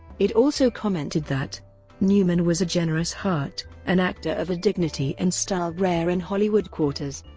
it also commented that newman was a generous heart, an actor of a dignity and style rare in hollywood quarters.